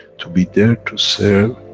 to be there to serve,